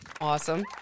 Awesome